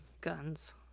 guns